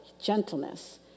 gentleness